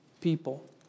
people